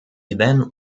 then